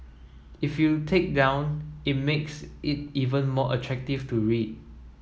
if you take down it makes it even more attractive to read